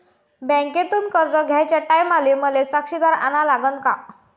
बँकेतून कर्ज घ्याचे टायमाले मले साक्षीदार अन लागन का?